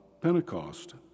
Pentecost